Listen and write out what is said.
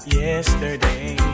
yesterday